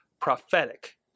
prophetic